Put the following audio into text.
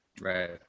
Right